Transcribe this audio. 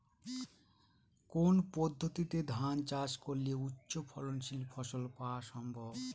কোন পদ্ধতিতে ধান চাষ করলে উচ্চফলনশীল ফসল পাওয়া সম্ভব?